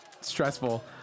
stressful